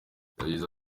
yagize